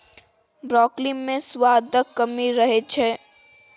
broccoli मे सुआदक कमी रहै छै